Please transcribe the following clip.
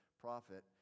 prophet